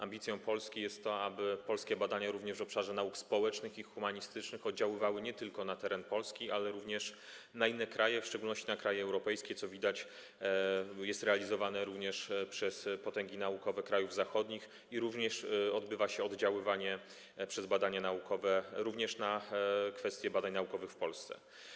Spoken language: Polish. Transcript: Ambicją Polski jest to, aby polskie badania również w obszarze nauk społecznych i humanistycznych oddziaływały nie tylko na teren Polski, ale również na inne kraje, w szczególności kraje europejskie, co widać, co jest realizowane również przez potęgi naukowe krajów zachodnich, a także odbywa się oddziaływanie przez badania naukowe, również na kwestie badań naukowych w Polsce.